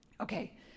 Okay